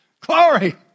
Glory